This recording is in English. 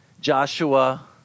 Joshua